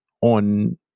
on